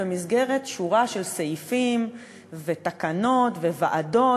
במסגרת שורה של סעיפים ותקנות וועדות